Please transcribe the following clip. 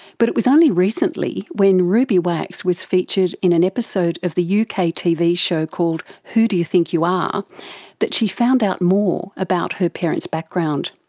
but it was only recently, when ruby wax was featured in an episode of the uk ah tv show called who do you think you are that she found out more about her parents' background.